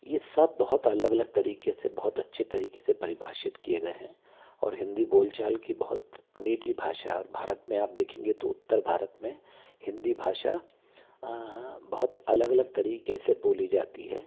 ये सब बहुत अलग अलग तरीके से बहुत अच्छे तरीके से परिभाषित किए गए हैं और हिन्दी बोलचाल की बहुत मीठी भाषा हे और भारत में आप देखेंगे तो उत्तर भारत में हिन्दी भाषा बहुत अलग अलग तरीके से बोली जाती है